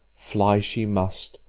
fly she must,